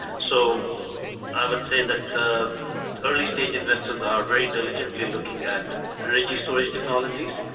so i would say that early stage investors are very diligently looking at energy storage technologies.